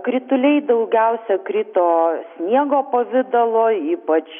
krituliai daugiausia krito sniego pavidalo ypač